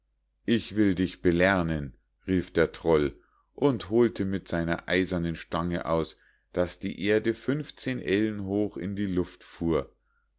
ich will dich belernen rief der troll und holte mit seiner eisernen stange aus daß die erde funfzehn ellen hoch in die luft fuhr